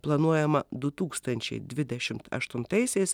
planuojama du tūkstančiai dvidešimt aštuntaisiais